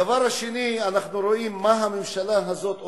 הדבר השני, אנחנו רואים מה הממשלה הזאת עושה,